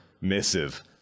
missive